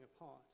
apart